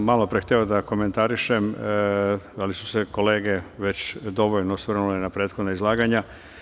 Malopre sam hteo da komentarišem, ali su se kolege već dovoljno osvrnule na prethodna izlaganja.